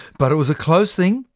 but it was a close thing,